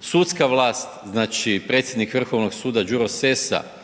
sudska vlast znači predsjednik Vrhovnog suda Đuro Sesa